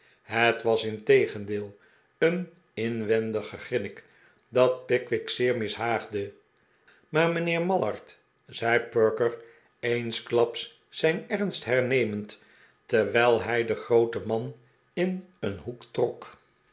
het was integendeel een inwendig gegrinnik dat pickwick zeer mishaagde maar mijnheer mallard zei perker eensklaps zijn ernst hernemend terwijl hij den grooten man in een hoek trok